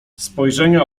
spojrzenia